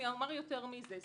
ואומר יותר מזה,